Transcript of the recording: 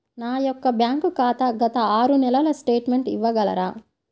నా యొక్క బ్యాంక్ ఖాతా గత ఆరు నెలల స్టేట్మెంట్ ఇవ్వగలరా?